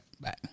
bye